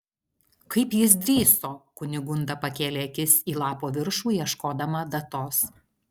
kaip jis drįso kunigunda pakėlė akis į lapo viršų ieškodama datos